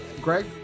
Greg